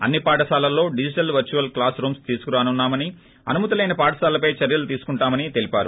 అన్ని పాఠశాలల్లో digital virtual classrooms తీసుకురానున్నామని అనుమతిలేని పాఠశాలలపై చర్యలు తీసుకుంటామని తెలిపారు